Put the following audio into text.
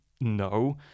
no